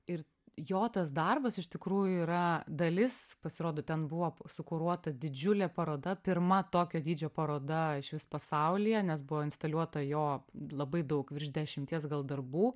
ir jo tas darbas iš tikrųjų yra dalis pasirodo ten buvo sukuruota didžiulė paroda pirma tokio dydžio paroda išvis pasaulyje nes buvo instaliuota jo labai daug virš dešimties gal darbų